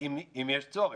אם יש צורך.